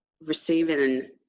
receiving